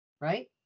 Right